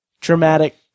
dramatic